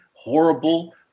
Horrible